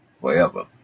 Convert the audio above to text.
forever